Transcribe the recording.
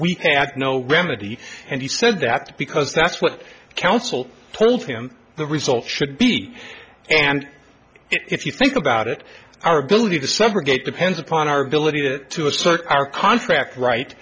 we had no remedy and he said that because that's what the council told him the result should be and if you think about it our ability to summer get depends upon our ability to assert our contract right